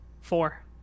Four